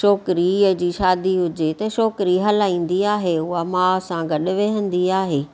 छोकिरीअ जी शादी हुजे त छोकिरी हलाईंदी आहे उहा माउ सां गॾु वेहंदी आहे